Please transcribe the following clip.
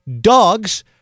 dogs